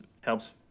helps